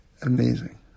Amazing